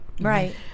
Right